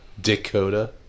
Dakota